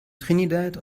trinidad